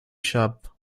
shop